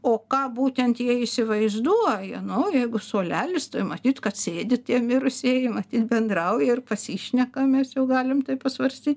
o ką būtent jie įsivaizduoja nu jeigu suolelis tai matyt kad sėdi tie mirusieji matyt bendrauja ir pasišnekam mes jau galim taip pasvarstyt